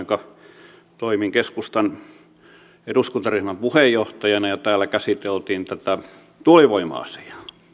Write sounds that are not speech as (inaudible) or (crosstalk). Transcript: (unintelligible) kun toimin keskustan eduskuntaryhmän puheenjohtajana ja täällä käsiteltiin tuulivoima asiaa